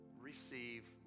receive